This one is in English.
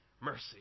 mercy